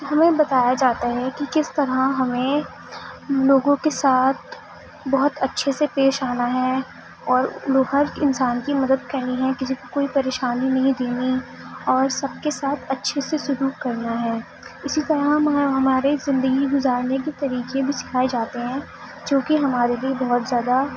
ہمیں بتایا جاتا ہے کہ کس طرح ہمیں لوگوں کے ساتھ بہت اچھے سے پیش آنا ہے اور ہر انسان کی مدد کرنی ہے کسی کو کوئی پریشانی نہیں دینی اور سب کے ساتھ اچھے سے سلوک کرنا ہے اسی طرح ہم ہمارے زندگی گزارنے کے طریقے بھی سکھائے جاتے ہیں جو کہ ہمارے لیے بہت زیادہ